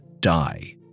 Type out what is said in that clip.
die